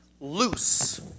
loose